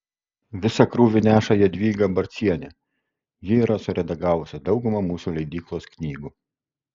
visą krūvį neša jadvyga barcienė ji yra suredagavusi daugumą mūsų leidyklos knygų